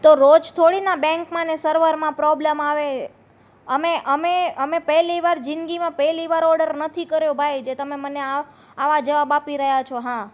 તો રોજ થોડીના બેંકમાંને સર્વરમાં પ્રોબ્લ્મ આવે અમે અમે અમે પહેલી વાર જિંદગીમાં પહેલી વાર ઓર્ડર નથી કર્યો ભાઈ જે તમે મને આવા જવાબ આપી રહ્યા છો હા